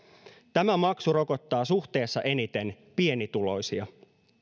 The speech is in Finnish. tämä maksu rokottaa suhteessa eniten pienituloisia